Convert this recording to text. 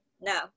No